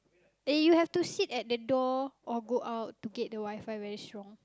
eh you have to sit at the door or go out to get the WiFi very strong